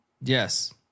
Yes